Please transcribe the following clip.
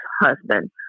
husband